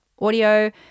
audio